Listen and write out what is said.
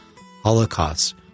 holocaust